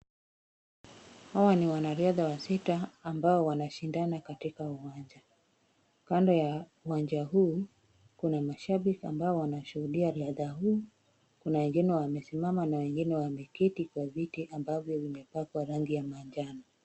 Hawa ni wanariadha wasita ambao wanashindana katika uwanja. Kando ya uwanja huu, kuna mashabiki ambao wanashuhudia riadha hii, kuna wengine wamesimama na wengine wameketi kwa viti ambavyo vimepakwa rangi ya manjano.